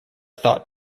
thought